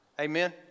Amen